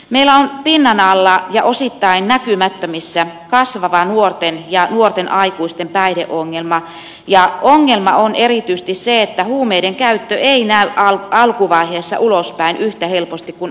meillä on pinnan alla ja osittain näkymättömissä kasvava nuorten ja nuorten aikuisten päihdeongelma ja ongelma on erityisesti se että huumeidenkäyttö ei näy alkuvaiheessa ulospäin yhtä helposti kuin alkoholinkäyttö